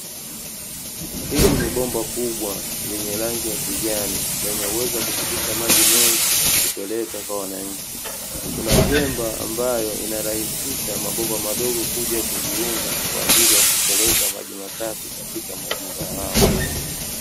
Hili ni bomba kubwa lenye rangi ya kijani, lenye uwezo wa kupitisha maji mengi kupeleka kwa wananchi, kuna chemba ambayo inarahisisha mabomba madogo kuja kujiunga, kwa ajili ya kupeleka maji masafi katika majumba hayo.